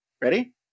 Ready